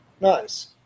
nice